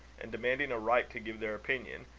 and demanding a right to give their opinion,